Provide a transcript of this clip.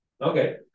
Okay